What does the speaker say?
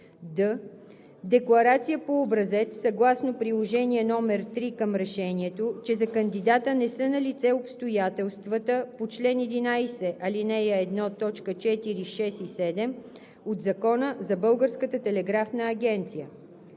д) декларация по образец съгласно приложение № 3 към решението, че за кандидата не са налице обстоятелствата по чл. 11, ал. 1, т. 4, 6 и 7 от Закона за Българската телеграфна агенция;